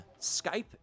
Skype